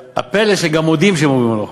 והפלא שהם גם מודים שהם עוברים על החוק,